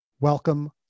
welcome